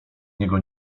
niego